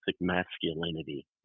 masculinity